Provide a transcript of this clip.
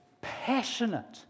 passionate